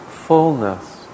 fullness